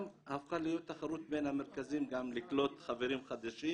גם הפכה להיות תחרות בין המרכזים לקלוט חברים חדשים